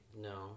no